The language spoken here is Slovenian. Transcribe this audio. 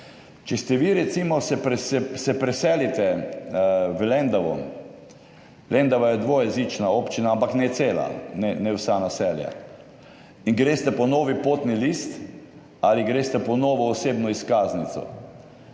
Če ste vi, recimo, se preselite v Lendavo, Lendava je dvojezična občina, ampak ne cela, ne vsa naselja, in greste po novi potni list ali greste po novo osebno izkaznico,